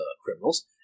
criminals